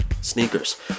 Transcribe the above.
sneakers